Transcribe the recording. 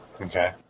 Okay